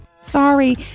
sorry